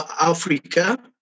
Africa